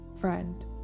friend